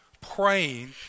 praying